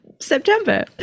september